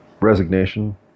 resignation